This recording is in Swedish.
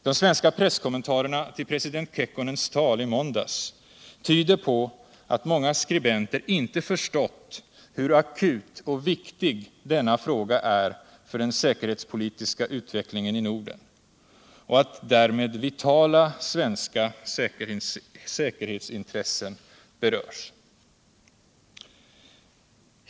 De svenska presskommentarerna till president Kekkonens tal i måndags tyder på att många skribenter inte förstått hur akut och viktig denna fråga är för den säkerhetspolitiska utvecklingen i Norden och att därmed vitala svenska säkerhetsintressen berörs.